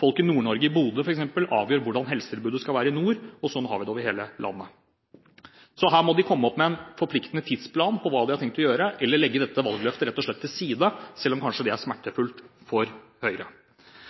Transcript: folk i Nord-Norge, f.eks. i Bodø, avgjør hvordan helsetilbudet skal være i nord – og sånn har vi det over hele landet. Så her må de komme opp med en forpliktende tidsplan for hva de har tenkt å gjøre, eller rett og slett legge dette valgløftet til side, selv om det kanskje er smertefullt for Høyre.